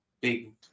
big